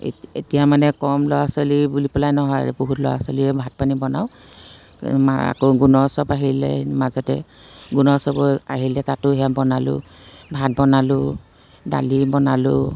এত এতিয়া মানে কম ল'ৰা ছোৱালী বুলি পেলাই নহয় বহুত ল'ৰা ছোৱালীয়ে ভাত পানী বনাওঁ আকৌ গুণোৎসৱ আহিলে মাজতে গুণোৎসৱো আহিলে তাতো সেয়া বনালোঁ ভাত বনালোঁ দালি বনালোঁ